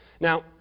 Now